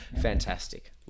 Fantastic